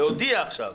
להודיע עכשיו